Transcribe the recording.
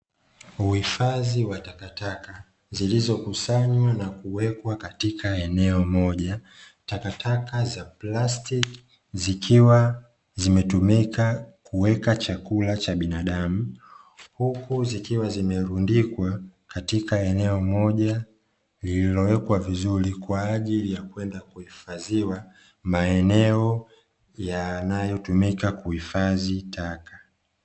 Uhifadhi wa takataka zilizokusanywa na kuwekwa katika eneo moja. Takataka za plastiki zikiwa zimetumika kuweka chakula cha binadamu uku zikiwa zimerundikwa katika eneo moja, lililowekwa vizuri kwa ajili ya kwenda kuhifadhiwa maeneo yanayotumika kuhifadhi taka.